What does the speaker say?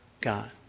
God